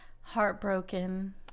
heartbroken